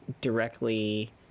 directly